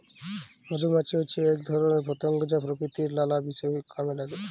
মধুমাছি হচ্যে এক ধরণের পতঙ্গ যা প্রকৃতির লালা বিষয় কামে লাগে